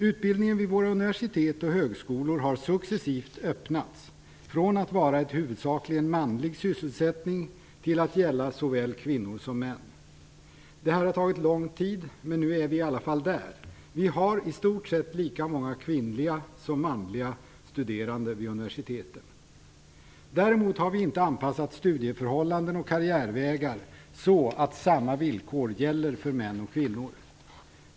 Utbildningen vid våra universitet och högskolor har successivt öppnats, från att vara en huvudsakligen manlig sysselsättning till att gälla såväl kvinnor som män. Detta har tagit lång tid, men nu är vi i alla fall där. Vi har i stort sett lika många kvinnliga som manliga studerande vid våra universitet. Däremot har vi inte anpassat studieförhållanden och karriärvägar så att samma villkor gäller för män och kvinnor.